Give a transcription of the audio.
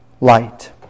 light